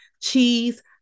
cheese